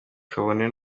kabone